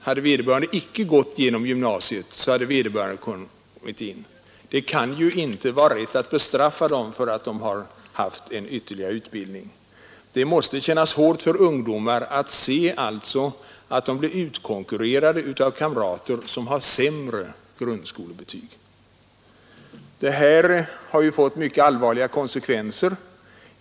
Hade han icke gått igenom gymnasiet hade han kommit in. Det kan inte vara rätt att straffa dem som genomgått en ytterligare utbildning. Det måste kännas hårt för sådana ungdomar att se att de blir utkonkurrerade av kamrater som har sämre grundskolebetyg. Det här systemet har fått mycket allvarliga konsekvenser.